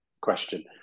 Question